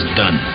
done